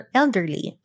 elderly